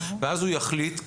ואז הוא יחליט,